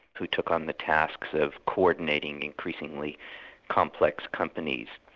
who took on the tasks of co-ordinating increasingly complex companies.